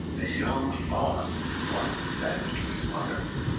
a young fawn once said to his mother,